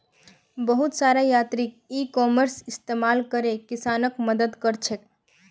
बहुत सारा यांत्रिक इ कॉमर्सेर इस्तमाल करे किसानक मदद क र छेक